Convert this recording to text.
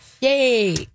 yay